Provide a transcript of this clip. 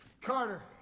Carter